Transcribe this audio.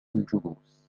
الجلوس